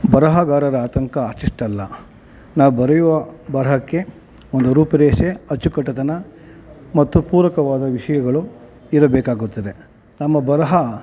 ಬರಹಗಾರರ ಆತಂಕ ಅಷ್ಟಿಷ್ಟಲ್ಲ ನಾವು ಬರೆಯುವ ಬರಹಕ್ಕೆ ಒಂದು ರೂಪುರೇಷೆ ಅಚ್ಚುಕಟ್ಟುತನ ಮತ್ತು ಪೂರಕವಾದ ವಿಷಯಗಳು ಇರಬೇಕಾಗುತ್ತದೆ ನಮ್ಮ ಬರಹ